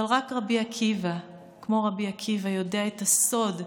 אבל רק רבי עקיבא כמו רבי עקיבא יודע את הסוד,